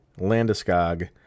Landeskog